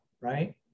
right